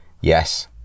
Yes